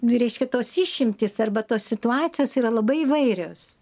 reiškia tos išimtys arba tos situacijos yra labai įvairios